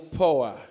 power